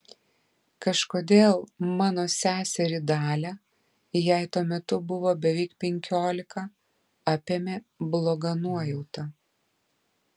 kažkodėl mano seserį dalią jai tuo metu buvo beveik penkiolika apėmė bloga nuojauta